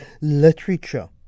literature